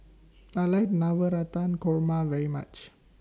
I like Navratan Korma very much